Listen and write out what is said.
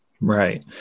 right